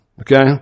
okay